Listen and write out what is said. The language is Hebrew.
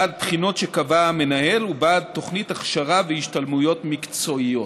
בעד בחינות שקבע המנהל ובעד תוכניות הכשרה והשתלמויות מקצועיות.